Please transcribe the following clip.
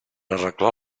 arreglar